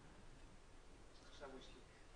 ואני מוכרח להגיד שלא